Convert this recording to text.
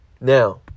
Now